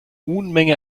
unmenge